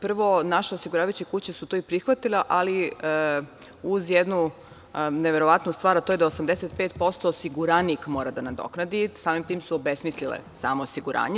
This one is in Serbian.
Prvo, naše osiguravajuće kuće su to i prihvatile, ali uz jednu neverovatnu stvar, a to je da 85% osiguranik mora da nadoknadi i samim tim su obesmislile samo osiguranje.